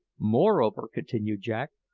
moreover, continued jack,